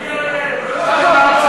איזו אחרונה?